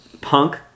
punk